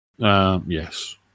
Yes